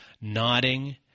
nodding